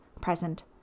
present